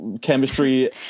chemistry